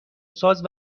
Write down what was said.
ساز